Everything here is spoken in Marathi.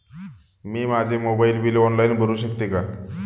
मी माझे मोबाइल बिल ऑनलाइन भरू शकते का?